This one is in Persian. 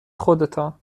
خودتان